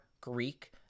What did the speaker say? greek